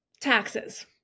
taxes